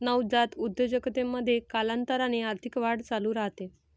नवजात उद्योजकतेमध्ये, कालांतराने आर्थिक वाढ चालू राहते